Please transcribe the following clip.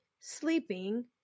sleeping